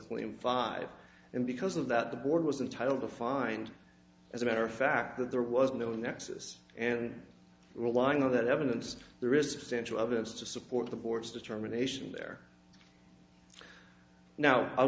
clean five and because of that the board was entitled to find as a matter of fact that there was no nexus and relying on that evidence the risk essential evidence to support the board's determination there now i'll